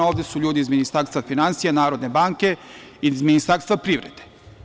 Ovde su ljudi iz Ministarstva finansija, NBS i iz Ministarstva privrede.